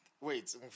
Wait